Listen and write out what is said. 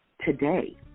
Today